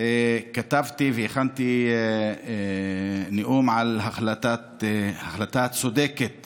כתבתי והכנתי נאום על ההחלטה הצודקת